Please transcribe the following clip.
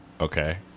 Okay